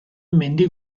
mendi